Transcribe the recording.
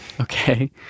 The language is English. Okay